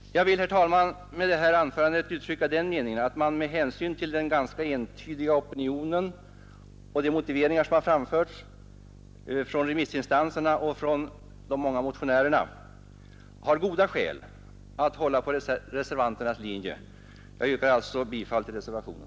Jag vill, herr talman, med det här anförandet uttrycka den meningen att man med hänsyn till den ganska entydiga opinionen och de motiveringar som har framförts från remissinstanserna och från de många motionärerna har goda skäl att följa reservanternas linje. Jag yrkar alltså bifall till reservationen.